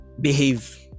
behave